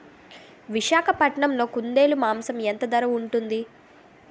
విశాఖపట్నంలో కుందేలు మాంసం ఎంత ధర ఉంటుంది?